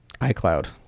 iCloud